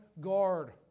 guard